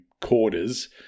quarters